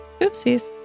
Oopsies